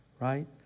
right